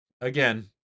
again